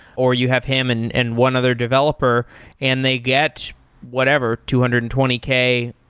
or you have him and and one other developer and they get whatever, two hundred and twenty k,